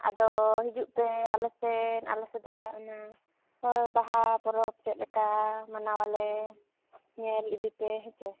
ᱟᱫᱚ ᱦᱤᱡᱩᱜ ᱯᱮ ᱟᱞᱮ ᱥᱮᱱ ᱟᱞᱮᱥᱮᱫᱟᱜ ᱚᱱᱟ ᱦᱚᱭ ᱵᱟᱦᱟ ᱯᱚᱨᱚᱵᱽ ᱪᱮᱫᱞᱮᱠᱟ ᱢᱟᱱᱟᱣᱟᱞᱮ ᱧᱮᱞ ᱤᱫᱤᱯᱮ ᱦᱮᱸᱪᱮ